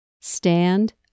stand